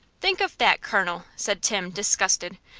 think of that, colonel! said tim, disgusted.